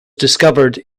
discovered